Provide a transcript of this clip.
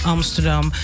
Amsterdam